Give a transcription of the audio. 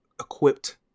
equipped